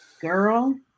Girl